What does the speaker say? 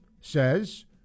says